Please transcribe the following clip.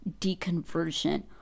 deconversion